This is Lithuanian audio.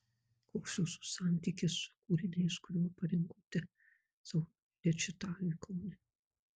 koks jūsų santykis su kūriniais kuriuos parinkote savo rečitaliui kaune